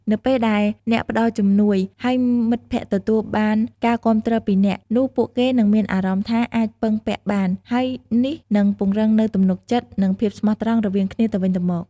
នៅពេលដែលអ្នកផ្តល់ជំនួយ ហើយមិត្តភក្តិទទួលបានការគាំទ្រពីអ្នក នោះពួកគេនឹងមានអារម្មណ៍ថាអាច ពឹងពាក់បាន ហើយនេះនឹងពង្រឹងនូវទំនុកចិត្ត និងភាពស្មោះត្រង់រវាងគ្នាទៅវិញទៅមក។